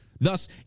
thus